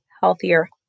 healthier